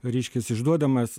reiškias išduodamas